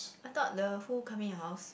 I thought the who coming your house